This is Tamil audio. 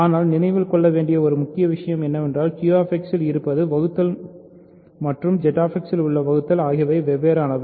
ஆனால் நினைவில் கொள்ள வேண்டிய முக்கிய விஷயம் என்னவென்றால் QX இல் இருபது வகுத்தல் மற்றும் Z X இல் உள்ள வகுத்தல் ஆகியவை வெவ்வேறானவை